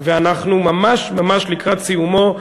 ואנחנו ממש ממש לקראת סיומו.